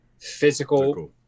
physical